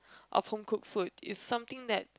of home cooked food it's something that